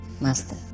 Master